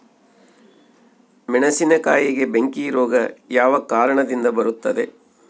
ಮೆಣಸಿನಕಾಯಿಗೆ ಬೆಂಕಿ ರೋಗ ಯಾವ ಕಾರಣದಿಂದ ಬರುತ್ತದೆ?